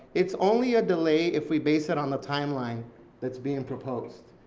it's only a delay if we base it on the timeline that's being proposed.